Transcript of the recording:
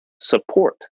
support